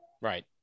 Right